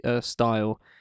style